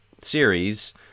series